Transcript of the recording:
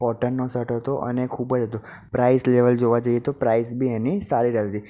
કોટનનો shirt હતો અને ખૂબ જ હતો પ્રાઇઝ લેવલ જોવા જઈએ તો પ્રાઇઝ બી તેની સારી હતી